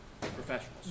professionals